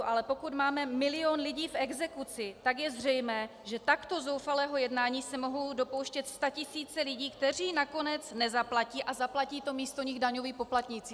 Ale pokud máme milion lidí v exekuci, tak je zřejmé, že takto zoufalého jednání se mohou dopouštět statisíce lidí, kteří nakonec nezaplatí, a zaplatí to místo nich daňoví poplatníci.